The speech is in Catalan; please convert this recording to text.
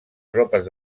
tropes